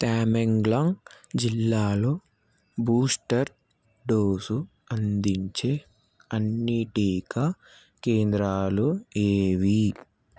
టామింగ్లో జిల్లాలో booster dose అందించే అన్ని టీకా కేంద్రాలు ఏవి